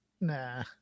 Nah